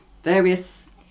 Various